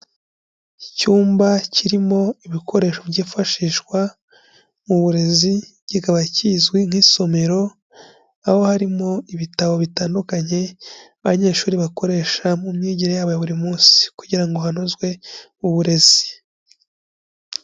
Icyumba kirimo ibikoresho byifashishwa mu burezi kikaba kizwi nk'isomero, aho harimo ibitabo bitandukanye abanyeshuri bakoresha mu myigire yabo buri munsi kugira ngo hanozwe uburezi.